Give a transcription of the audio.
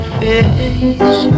face